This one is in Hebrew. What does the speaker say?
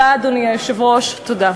אדוני היושב-ראש, תודה.